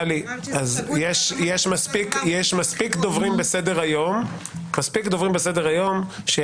טלי, יש מספיק דוברים בסדר-היום שיגיבו.